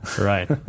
Right